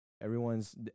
Everyone's